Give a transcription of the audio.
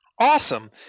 Awesome